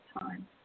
time